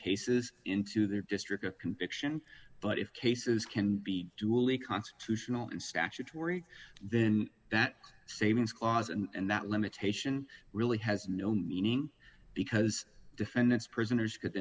cases into their district of conviction but if cases can be duly constitutional and statutory then that savings clause and that limitation really has no meaning because defendants prisoners could